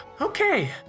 Okay